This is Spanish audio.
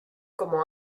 como